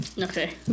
okay